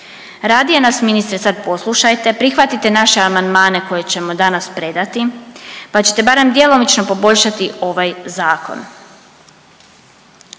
Ranije nas, ministre, sad poslušajte, prihvatite naše amandmane koje ćemo danas predati pa ćete barem djelomično poboljšati ovaj Zakon.